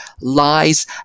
lies